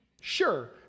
Sure